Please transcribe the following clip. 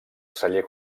celler